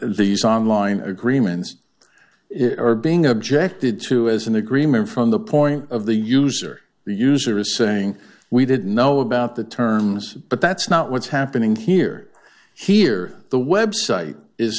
these online agreements are being objected to as an agreement from the point of the user the user is saying we didn't know about the terms but that's not what's happening here here the website is